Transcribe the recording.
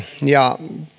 ja